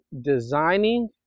designing